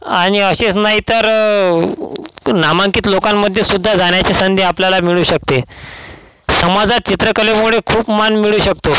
आणि असेच नाही तर नामांकित लोकांमध्येसुद्धा जाण्याची संधी आपल्याला मिळू शकते समाजात चित्रकलेमुळे खूप मान मिळू शकतो